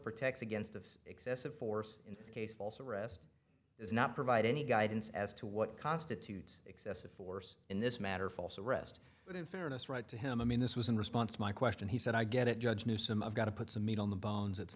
protects against of excessive force in this case false arrest is not provide any guidance as to what constitutes excessive force in this matter false arrest but in fairness right to him i mean this was in response to my question he said i get it judge knew some of got to put some meat on the bones it's